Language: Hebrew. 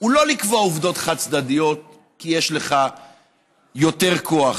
הוא לא לקבוע עובדות חד-צדדיות כי יש לך יותר כוח,